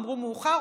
ואמרו מאוחר,